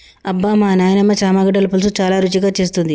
అబ్బమా నాయినమ్మ చామగడ్డల పులుసు చాలా రుచిగా చేస్తుంది